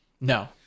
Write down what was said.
No